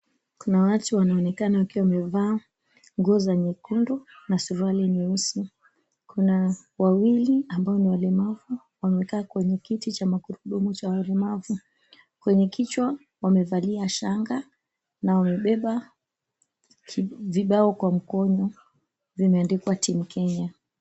Kuna watu wanaonekana wakiwa wamevaa nguo za nyekundu, na suruali nyeusi. Kuna wawili ambao ni walemavu, wamekaa kwenye kiti cha magurudumu cha walemavu. Kwenye kichwa wamevalia shanga na wamebeba vibao kwa mkono vimeandikwa, "Team Kenya".